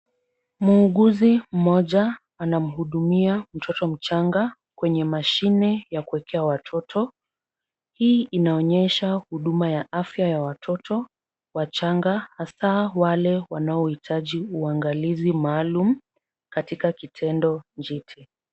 Muuguzi mmoja anamhudumia mtoto mchanga kwenye mashine ya kuwekea watoto. Hii inaonyesha huduma ya afya ya watoto wachanga hasa wale wanaohitaji uangalizi maalum katika kitendo jipya.